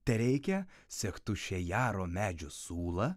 tereikia sechtušejaro medžių sulą